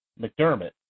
McDermott